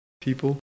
people